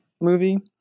movie